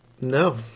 no